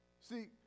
See